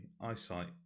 eyesight